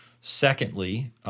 Secondly